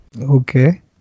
Okay